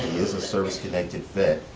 is a service connected vet,